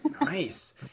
Nice